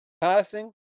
passing